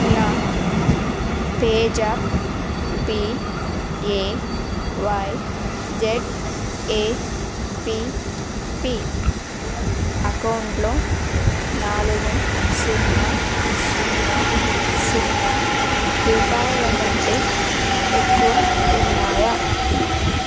నా పేజాప్ పిఏవైజడ్ఏపీపీ అకౌంట్లో నాలుగు సున్నా సున్నా సున్నా రూపాయల కంటే ఎక్కువ ఉన్నాయా